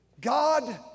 God